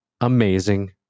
Amazing